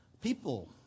People